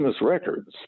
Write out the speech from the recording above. records